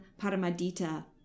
Paramadita